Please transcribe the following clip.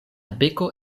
beko